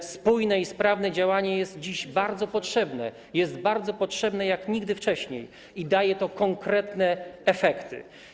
To spójne i sprawne działanie jest dziś bardzo potrzebne, jest potrzebne jak nigdy wcześniej i daje konkretne efekty.